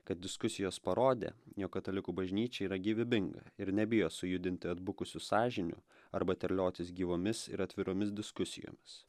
kad diskusijos parodė jog katalikų bažnyčia yra gyvybinga ir nebijo sujudinti atbukusių sąžinių arba terliotis gyvomis ir atviromis diskusijomis